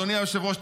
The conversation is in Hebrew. אדוני היושב-ראש,